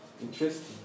Interesting